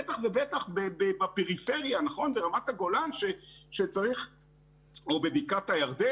ובטח ובטח בפריפריה, ברמת-הגולן או בבקעת הירדן.